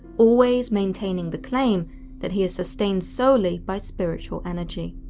always maintaining the claim that he is sustained solely by spiritual energy.